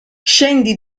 scendi